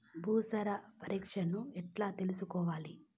భూసార పరీక్షను ఎట్లా చేసుకోవాలి?